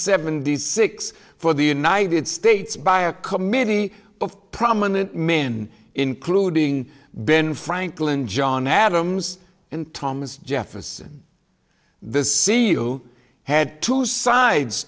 seventy six for the united states by a committee of prominent men including ben franklin john adams and thomas jefferson the see you had two sides